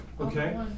Okay